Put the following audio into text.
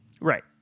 Right